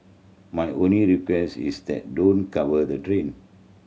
my only request is that don't cover the drain